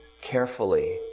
carefully